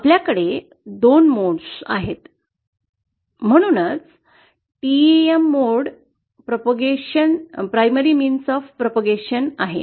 आपल्याकडे दोन मोड आहेत म्हणूनच TEM मोड प्रसाराचे प्राथमिक माध्यम आहे